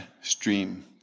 stream